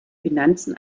finanzen